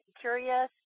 curious